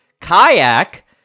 kayak